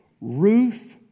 Ruth